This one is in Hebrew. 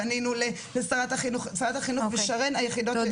פנינו לשרת החינוך ולשרן שהן היחידות ---.